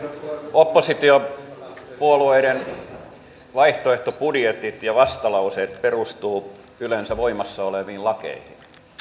oppositiopuolueiden vaihtoehtobudjetit ja vastalauseet perustuvat yleensä voimassa oleviin lakeihin